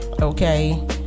okay